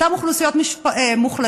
אותן אוכלוסיות מוחלשות,